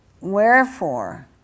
Wherefore